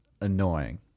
annoying